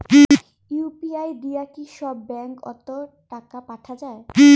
UPI দিয়া কি সব ব্যাংক ওত টাকা পাঠা যায়?